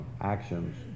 actions